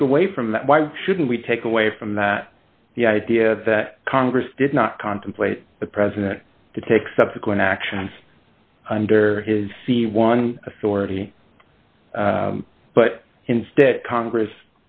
take away from that why shouldn't we take away from that the idea that congress did not contemplate the president to take subsequent action under his the one authority but instead congress